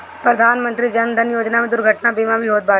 प्रधानमंत्री जन धन योजना में दुर्घटना बीमा भी होत बाटे